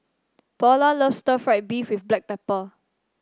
Paola loves Stir Fried Beef with Black Pepper